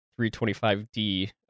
325D